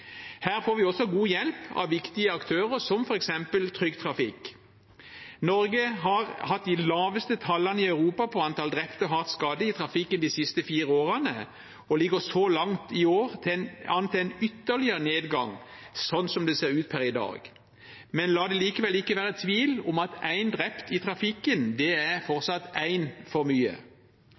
Her får vi også god hjelp av viktige aktører som f.eks. Trygg Trafikk. Norge har hatt de laveste tallene i Europa for antall drepte og hardt skadde i trafikken de siste fire årene, og ligger så langt i år an til en ytterligere nedgang, slik det ser ut per i dag. Men la det likevel ikke være tvil om at én drept i trafikken fortsatt er en for mye.